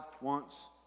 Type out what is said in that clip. wants